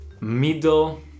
middle